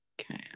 Okay